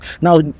now